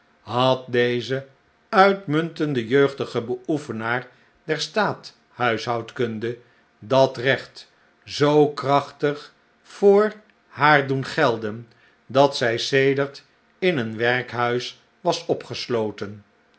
had deze uitmuntende jeugdige beoefenaar der staathuishoudkunde dat recht zoo krachtig voor haar doen gelden dat zij sedert in een werkhuis was opgesloten